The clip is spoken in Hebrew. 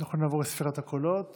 אנחנו נעבור לספירת הקולות